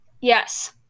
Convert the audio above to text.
Yes